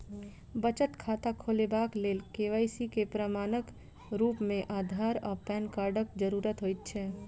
बचत खाता खोलेबाक लेल के.वाई.सी केँ प्रमाणक रूप मेँ अधार आ पैन कार्डक जरूरत होइ छै